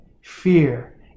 fear